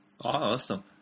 awesome